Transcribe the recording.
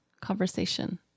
conversation